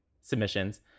submissions